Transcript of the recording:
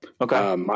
Okay